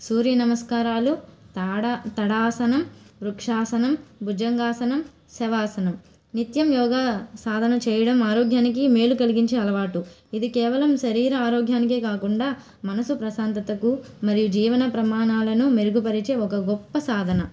సూర్యనమస్కారాలు తడా తడాసనం వృక్షాసనం బుజంగాసనం శవాసనం నిత్యం యోగా సాధన చేయడం ఆరోగ్యానికి మేలు కలిగించే అలవాటు ఇది కేవలం శరీర ఆరోగ్యానికే కాకుండా మనసు ప్రశాంతతకు మరియు జీవన ప్రమాణాలను మెరుగుపరిచే ఒక గొప్ప సాధన